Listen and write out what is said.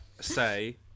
say